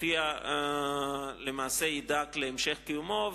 הופיעה למעשה, ידאג להמשך קיומה.